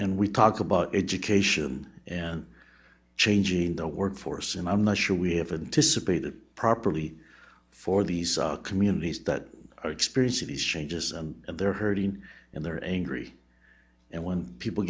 and we talk about education and changing the workforce and i'm not sure we have been to support it properly for these communities that are experiencing these changes and they're hurting and they're angry and when people